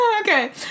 Okay